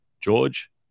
George